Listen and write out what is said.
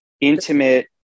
intimate